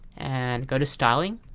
and go to styling